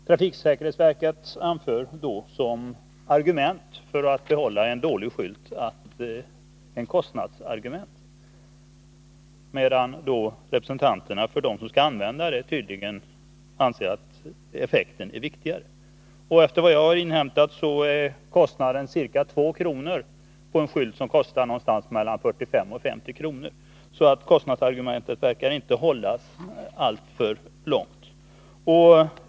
Trafiksäkerhetsverket anför kostnaderna som argument för att behålla en dålig skylt, medan representanterna för dem som skall använda skylten tydligen anser att effekten är viktigare än kostnaderna. Enligt vad jag har inhämtat är merkostnaden ca 2 kr. för en skylt som kostar mellan 45 och 50 kr. Kostnadsargumentet verkar därför inte att hålla särskilt långt.